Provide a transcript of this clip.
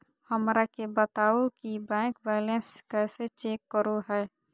हमरा के बताओ कि बैंक बैलेंस कैसे चेक करो है?